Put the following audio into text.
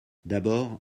d’abord